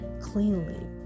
cleanly